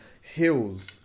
hills